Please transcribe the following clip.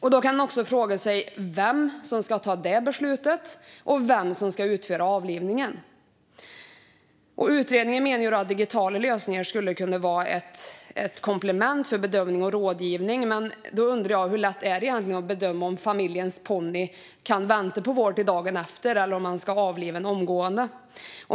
Man kan också fråga sig vem som ska fatta det beslutet och vem som ska utföra avlivningen. Utredningen menar att digitala lösningar skulle kunna vara ett komplement för bedömning och rådgivning. Men hur lätt är det egentligen att bedöma om familjens ponny kan vänta på vård till dagen efter eller om man ska avliva den omgående?